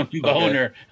Boner